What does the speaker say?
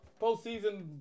postseason